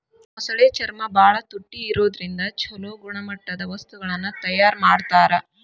ಮೊಸಳೆ ಚರ್ಮ ಬಾಳ ತುಟ್ಟಿ ಇರೋದ್ರಿಂದ ಚೊಲೋ ಗುಣಮಟ್ಟದ ವಸ್ತುಗಳನ್ನ ತಯಾರ್ ಮಾಡ್ತಾರ